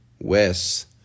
Wes